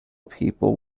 people